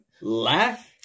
laugh